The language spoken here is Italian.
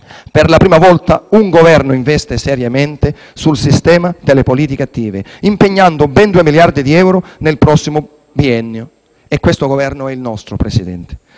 Per la prima volta un Governo investe seriamente sul sistema delle politiche attive impegnando ben 2 miliardi di euro nel prossimo biennio. Signor Presidente,